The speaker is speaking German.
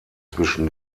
zwischen